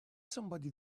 somebody